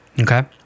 Okay